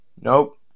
Nope